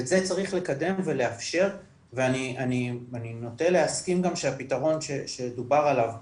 ואת זה צריך לקדם ולאפשר ואני נוטה להסכים גם שהפתרון שדובר עליו פה,